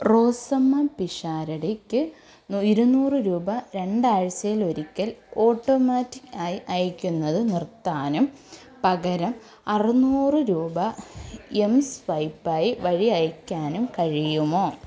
റോസമ്മ പിഷാരടിയ്ക്ക് ഇരുന്നൂറ് രൂപ രണ്ടാഴ്ചയിലൊരിക്കല് ഓട്ടോമാറ്റിക്ക് ആയി അയയ്ക്കുന്നത് നിർത്താനും പകരം അറുന്നൂറ് രൂപ എംസ്വൈപ്പ് ആയി വഴി അയയ്ക്കാനും കഴിയുമോ